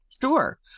Sure